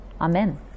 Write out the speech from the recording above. Amen